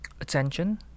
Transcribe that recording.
attention